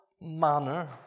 manner